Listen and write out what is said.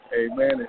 Amen